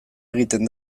egiten